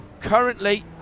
currently